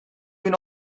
bin